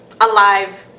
alive